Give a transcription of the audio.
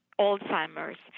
alzheimer's